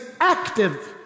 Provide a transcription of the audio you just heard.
active